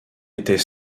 était